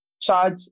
charge